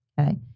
Okay